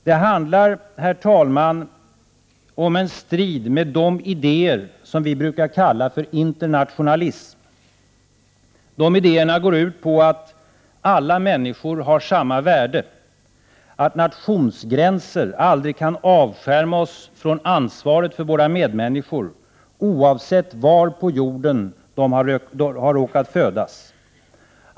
Det handlar, herr talman, om en strid med de idéer som vi brukar kalla internationalism. De idéerna går ut på att alla människor har samma värde. Att nationsgränser aldrig kan avskärma oss från ansvaret för våra medmänniskor — oavsett var på jorden de har råkat födas.